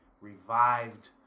revived